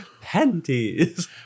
panties